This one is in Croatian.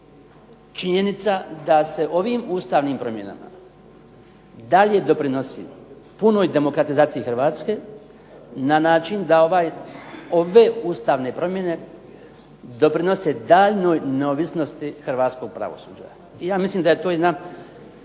činjenica da se ovim ustavnim promjenama dalje doprinosi punoj demokratizaciji Hrvatske na način da ove ustavne promjene doprinose daljnjoj neovisnosti hrvatskog pravosuđa. I ja mislim da je to jedna